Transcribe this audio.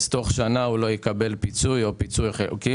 תוך שנה הוא לא יקבל פיצוי או פיצוי חלקי.